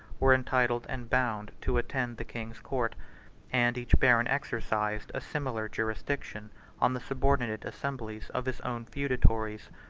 were entitled and bound to attend the king's court and each baron exercised a similar jurisdiction on the subordinate assemblies of his own feudatories.